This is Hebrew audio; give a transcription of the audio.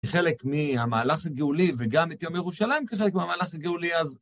כחלק מהמהלך הגאולי, וגם את יום ירושלים כחלק מהמהלך הגאולי אז..